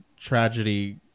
tragedy